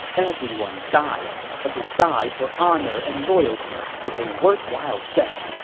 everyone dies, but to die for honor and loyalty is a worthwhile death.